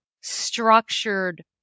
structured